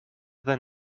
than